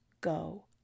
go